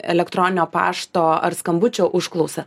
elektroninio pašto ar skambučio užklausa